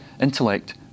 intellect